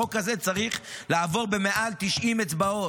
החוק הזה צריך לעבור ביותר מ-90 אצבעות.